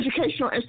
educational